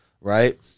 Right